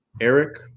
Eric